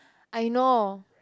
I know